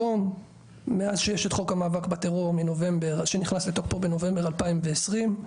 היום מאז שיש את חוק המאבק בטרור מנובמבר שנכנס לתוקפו בנובמבר 2020,